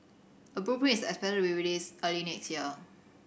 a blueprint is expected to be released early next year